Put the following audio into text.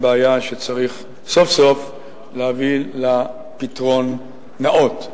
היא בעיה שצריך סוף-סוף להביא לה פתרון נאות.